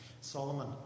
Solomon